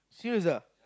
serious ah